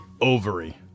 Ovary